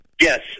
Yes